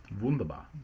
Wunderbar